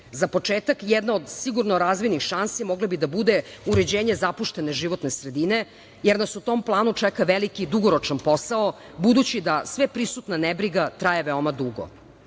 Za početak, jedna od sigurno razvojnih šansi mogla bi da bude uređenje zapuštene životne sredine, jer nas u tom planu čeka veliki i dugoročan posao, budući da sveprisutna nebriga traje veoma dugo.